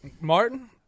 Martin